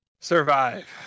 survive